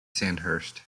sandhurst